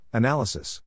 Analysis